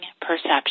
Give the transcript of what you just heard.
perception